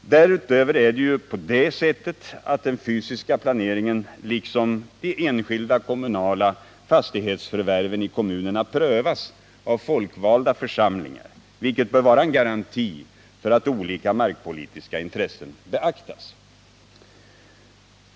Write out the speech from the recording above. Därutöver är det ju på det sättet att den fysiska planeringen liksom de enskilda fastighetsförvärven i kommunerna prövas av folkvalda församlingar, vilket bör vara en garanti för att olika markpolitiska intressen beaktas.